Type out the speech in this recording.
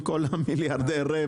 עם הרווח של כל המיליארדים.